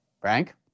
Frank